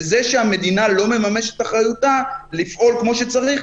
וזה שהמדינה לא מממשת את אחריותה לפעול כמו שצריך,